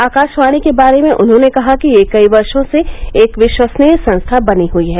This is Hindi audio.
आकाशवाणी के बारे में उन्होंने कहा कि यह कई वर्षो से एक विश्वसनीय संस्था बनी हुई है